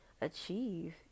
achieve